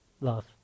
Love